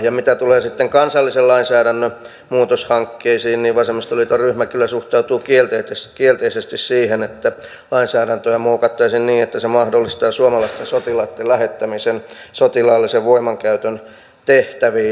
ja mitä tulee sitten kansallisen lainsäädännön muutoshankkeisiin niin vasemmistoliiton ryhmä kyllä suhtautuu kielteisesti siihen että lainsäädäntöä muokattaisiin niin että se mahdollistaa suomalaisten sotilaitten lähettämisen sotilaallisen voimankäytön tehtäviin ulkomaille